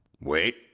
Wait